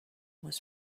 was